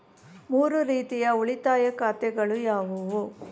ಮೂರು ರೀತಿಯ ಉಳಿತಾಯ ಖಾತೆಗಳು ಯಾವುವು?